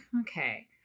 okay